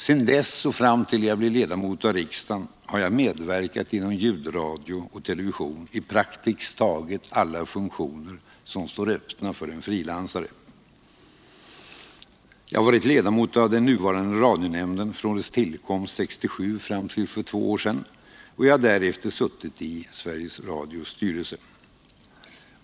Sedan dess och fram till det jag blev ledamot av riksdagen har jag medverkat inom ljudradio och television i praktiskt taget alla funktioner som står öppna för en frilansare. Jag har varit ledamot av den nuvarande radionämnden från dess tillkomst 1967 fram till för två år sedan, och jag har därefter suttit i Sveriges Radios styrelse.